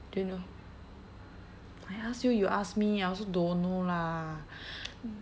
do you know I ask you you ask me I also don't know lah